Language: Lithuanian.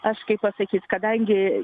aš kaip pasakyt kadangi